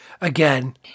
again